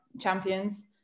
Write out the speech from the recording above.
champions